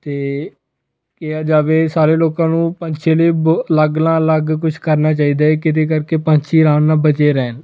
ਅਤੇ ਕਿਹਾ ਜਾਵੇ ਸਾਰੇ ਲੋਕਾਂ ਨੂੰ ਪੰਛੀਆਂ ਲਈ ਬ ਅਲੱਗ ਅਲੱਗ ਕੁਛ ਕਰਨਾ ਚਾਹੀਦਾ ਕਿਹਦੇ ਕਰਕੇ ਪੰਛੀ ਆਰਾਮ ਨਾਲ ਬਚੇ ਰਹਿਣ